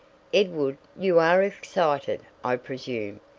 edward, you are excited, i presume,